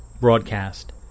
broadcast